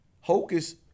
Hocus